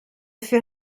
fait